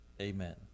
Amen